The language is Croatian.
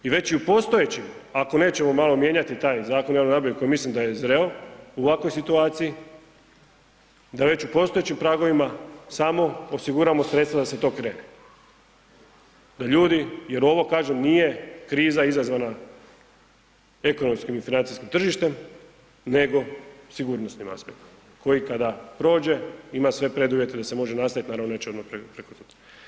I već i u postojećim ako nećemo malo mijenjati taj Zakon o javnoj nabavi koji mislim da je zreo u ovakvoj situaciji, da već u postojećim pragovima samo osiguramo sredstva da se to krene, da ljudi, jer ovo kažem nije kriza izazvana ekonomskim i financijskim tržištem nego sigurnosnim aspektima koji kada prođe ima sve preduvjete da se može nastavit, naravno neće odmah prekosutra.